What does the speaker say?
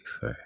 say